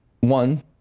one